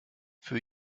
für